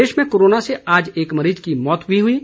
प्रदेश में कोरोना से आज एक मरीज की मौत भी हुई है